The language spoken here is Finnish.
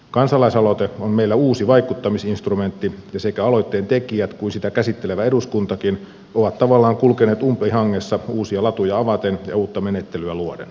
kansalaisaloite on meillä uusi vaikuttamisinstrumentti ja sekä aloitteen tekijät että sitä käsittelevä eduskuntakin ovat tavallaan kulkeneet umpihangessa uusia latuja avaten ja uutta menettelyä luoden